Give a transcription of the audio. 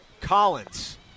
Collins